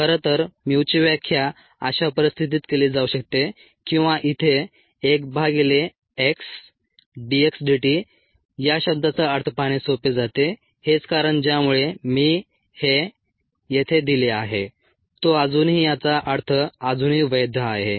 खरं तर mu ची व्याख्या अशा परिस्थितीत केली जाऊ शकते किंवा इथे 1 भागिले x dx dt या शब्दाचा अर्थ पाहणे सोपे जाते हेच कारण ज्यामुळे मी हे येथे दिले आहे तो अजूनही याचा अर्थ अजूनही वैध आहे